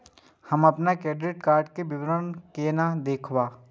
हम अपन credit card के विवरण केना देखब?